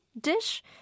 dish